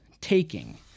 taking